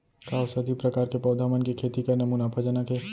का औषधीय प्रकार के पौधा मन के खेती करना मुनाफाजनक हे?